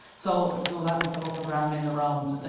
so so that was a lot of rambling around.